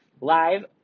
live